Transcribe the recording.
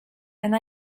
and